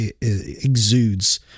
exudes